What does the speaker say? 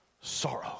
sorrow